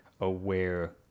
aware